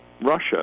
Russia